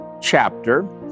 chapter